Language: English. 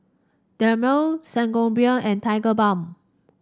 Dermale Sangobion and Tigerbalm